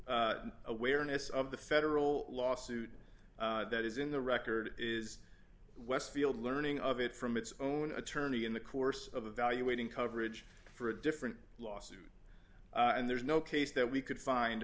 only awareness of the federal lawsuit that is in the record is westfield learning of it from its own attorney in the course of the valuating coverage for a different lawsuit and there's no case that we could find